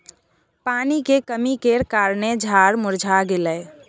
पानी के कमी केर कारणेँ झाड़ मुरझा गेलै